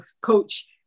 coach